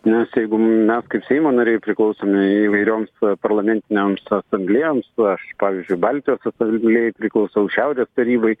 nes jeigu mes kaip seimo nariai priklausome įvairioms parlamentinėms asamblėjoms aš pavyzdžiui baltijos asamblėjai priklausau šiaurės tarybai